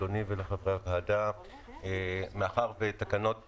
מאחר ותקנות